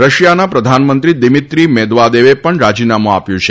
રશિયાના પ્રધાનમંત્રી દિમીત્રી મેદવાદેવે પણ રાજીનામું આપ્યુ છે